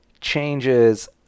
changes